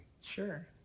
Sure